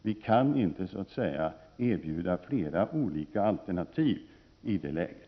Det går inte att föra fram flera alternativ i det läget.